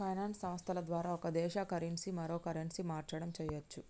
finance సంస్థల ద్వారా ఒక దేశ కరెన్సీ మరో కరెన్సీకి మార్చడం చెయ్యచ్చు